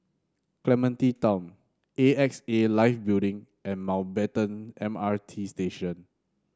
Clementi Town A X A Life Building and Mountbatten M R T Station